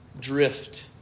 drift